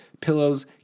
pillows